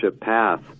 path